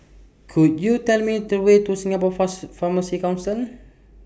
Could YOU Tell Me The Way to Singapore Pharmacy Council